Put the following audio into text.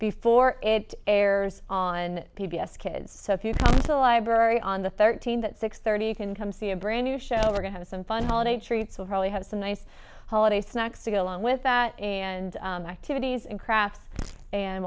before it airs on p b s kids so if you come to the library on the thirteen that six thirty you can come see a brand new show we're going to have some fun holiday treats we'll probably have some nice holiday snacks to go along with that and activities and crafts and